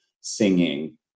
singing